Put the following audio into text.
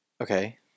Okay